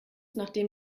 nachdem